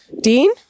Dean